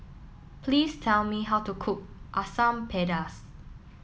please tell me how to cook Asam Pedas